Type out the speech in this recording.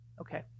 Okay